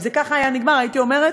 אם זה ככה היה נגמר הייתי אומרת: